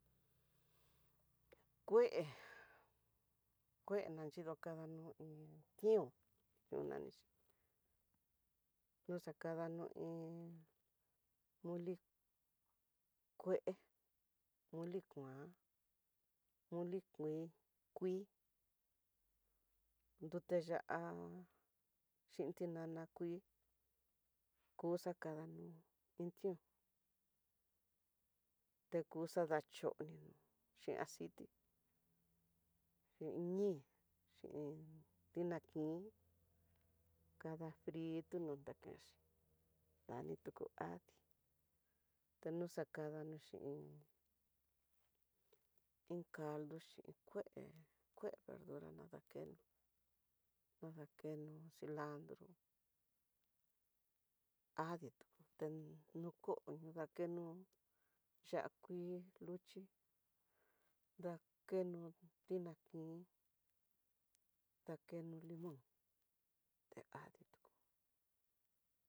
Kue kue naxhido kadanión un tión nanixhi noxakada, iin moli ké moli kuan, moli kui, kui nrute ya'á haxhin tinana kui kuxakada no iin tión te kuxa daxhoni hin aciti xhin ñíi xhin tinankin kada friutno nakaxhi danitu ku adii, tenoxakano xhin iin caldo xhin kué, kue verdura nadakeno nadakeno cilandro adii tu tén nuko dakeno ya'á kuii luxhi dakeno tinankin dakeno timón te adiitu.